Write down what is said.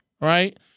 right